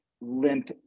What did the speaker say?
limp